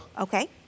okay